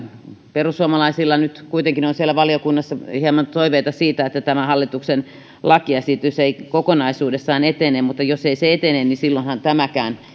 perussuomalaisilla nyt kuitenkin on siellä valiokunnassa hieman toiveita siitä että tämä hallituksen lakiesitys ei kokonaisuudessaan etene jos ei se etene niin silloinhan tämäkään